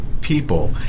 people